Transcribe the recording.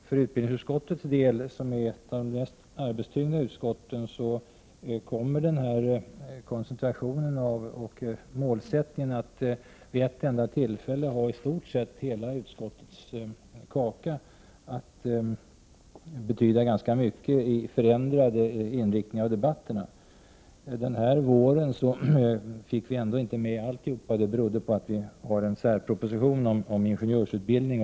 För utbildningsutskottets del, som är ett av de mest arbetstyngda utskotten, kommer koncentrationen och målsättningen att vid ett enda tillfälle behandla i stort sett hela utskottets kaka att betyda ganska mycket för den förändrade inriktningen av debatterna. Den här våren fick vi ändå ändå inte med allt. Det beror på att det finns en särproposition om ingenjörsutbildning.